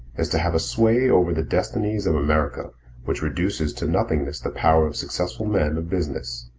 is to have a sway over the destinies of america which reduces to nothingness the power of successful men of business.